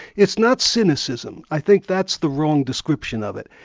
it's not cynicism. i think that's the wrong description of it.